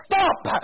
Stop